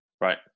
right